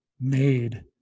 made